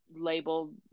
Label